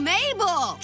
Mabel